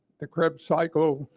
the cycle,